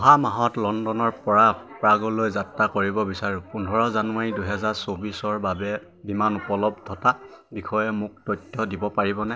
অহা মাহত লণ্ডনৰপৰা প্ৰাগলৈ যাত্ৰা কৰিব বিচাৰোঁ পোন্ধৰ জানুৱাৰী দুহেজাৰ চৌবিছৰ বাবে বিমান উপলব্ধতা বিষয়ে মোক তথ্য দিব পাৰিবনে